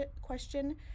question